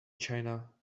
china